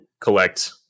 collect